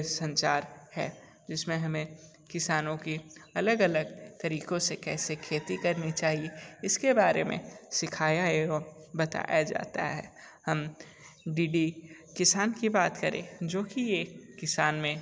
संचार है जिसमें हमें किसानों की अलग अलग तरीकों से कैसे खेती करनी चाहिए इसके बारे में सिखाया एवं बताया जाता है हम डी डी किसान की बात करें जो की एक किसान में